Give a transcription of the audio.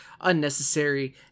unnecessary